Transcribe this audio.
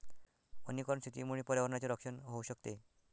वनीकरण शेतीमुळे पर्यावरणाचे रक्षण होऊ शकते